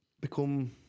become